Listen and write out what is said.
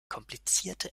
komplizierte